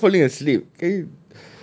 no I'm not falling asleep K